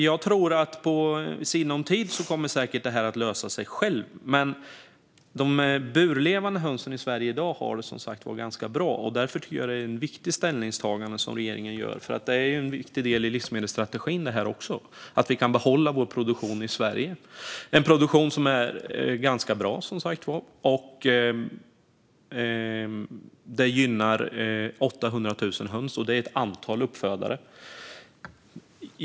Jag tror att detta i sinom tid säkert kommer att lösa sig självt. Men de burlevande hönsen i Sverige i dag har det som sagt ganska bra. Därför tycker jag att det är ett riktigt ställningstagande som regeringen gör. Det är ju också en viktig del i livsmedelsstrategin att vi kan behålla vår produktion i Sverige, en produktion som är ganska bra och som gynnar 800 000 höns och ett antal uppfödare.